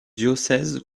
diocèse